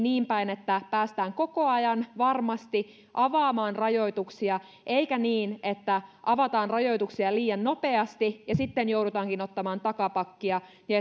niin päin että päästään koko ajan varmasti avaamaan rajoituksia eikä niin että avataan rajoituksia liian nopeasti ja sitten joudutaankin ottamaan takapakkia ja